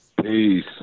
Peace